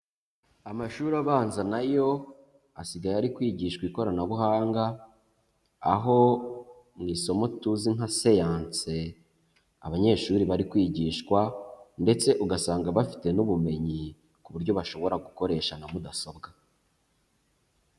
Amashuri abanza nayo asigaye ari kwigishwa ikoranabuhanga, aho mu isomo tuzi nka siyanse abanyeshuri bari kwigishwa, ndetse ugasanga bafite n'ubumenyi ku buryo bashobora gukoresha nka mudasobwa.